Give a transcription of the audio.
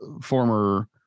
former